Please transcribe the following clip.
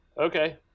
Okay